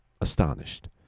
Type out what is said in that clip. astonished